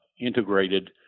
integrated